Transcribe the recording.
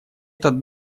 этот